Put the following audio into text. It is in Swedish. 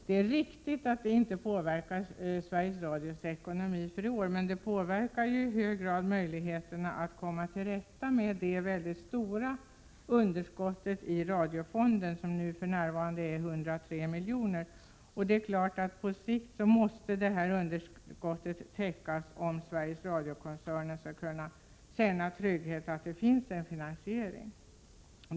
Det är riktigt att den höjningen inte påverkar Sveriges Radios ekonomi för iår, men den påverkar i hög grad möjligheterna att komma till rätta med det mycket stora underskottet i radiofonden, som för närvarande är 103 milj.kr. På sikt måste naturligtvis det underskottet täckas, om Sveriges Radio skall kunna känna trygghet över att det finns en finansiering.